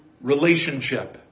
relationship